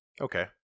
Okay